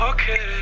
Okay